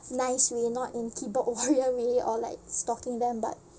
nice way not in keyboard warrior way or like stalking them but